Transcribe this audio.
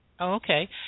Okay